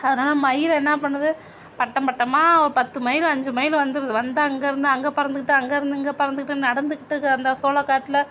அதனால் மயில் என்ன பண்ணுது பட்டம் பட்டமாக ஓ பத்து மயில் அஞ்சு மயில் வந்துருது வந்து அங்கேருந்து அங்கே பறந்துக்கிட்டு அங்கேருந்து இங்கே பறந்துக்கிட்டு நடந்துக்கிட்டுக்கு கா அந்த சோளக்காட்டில்